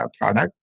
product